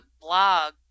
blog